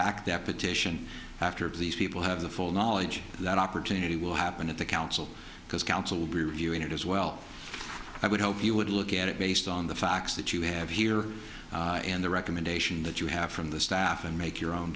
petition after of these people have the full knowledge that opportunity will happen at the council because council will be reviewing it as well i would hope you would look at it based on the facts that you have here in the recommendation that you have from the staff and make your own